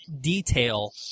detail